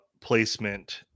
placement